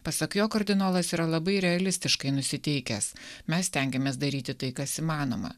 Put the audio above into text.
pasak jo kardinolas yra labai realistiškai nusiteikęs mes stengiamės daryti tai kas įmanoma